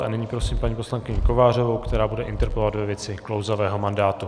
A nyní prosím paní poslankyni Kovářovou, která bude interpelovat ve věci klouzavého mandátu.